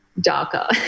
darker